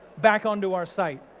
back onto our site.